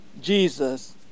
Jesus